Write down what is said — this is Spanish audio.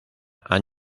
han